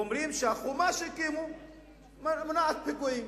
ואומרים שהחומה שהקימו מונעת פיגועים.